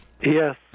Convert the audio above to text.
Yes